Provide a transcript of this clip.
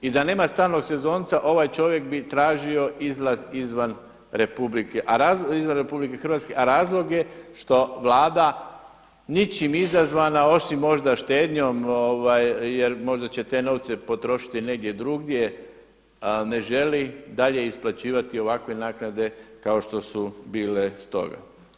I da nema stalnog sezonca, ovaj čovjek bi tražio izlaz izvan Republike Hrvatske, a razlog je što Vlada ničim izazvana, osim možda štednjom jer možda će te novce potrošiti negdje drugdje, ne želi dalje isplaćivati ovakve naknade kao što su bile stoga.